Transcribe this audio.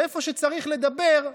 ואיפה שצריך לדבר,